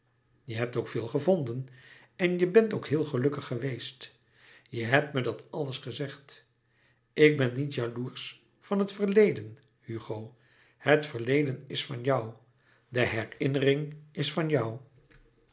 je hebt ook veel gevonden en je bent ook heel gelukkig geweest je hebt me dat alles gezegd ik ben niet jaloersch van het verleden hugo het verleden is van jou de herinnering is van jou